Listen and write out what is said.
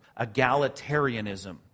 egalitarianism